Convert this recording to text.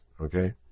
okay